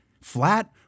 flat